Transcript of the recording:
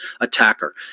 attacker